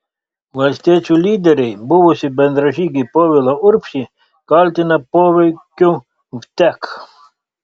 valstiečių lyderiai buvusį bendražygį povilą urbšį kaltina poveikiu vtek